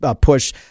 push